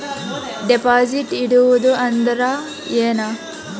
Deposit ಇಡುವುದು ಅಂದ್ರ ಏನ?